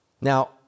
Now